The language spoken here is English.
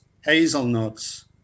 hazelnuts